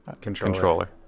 controller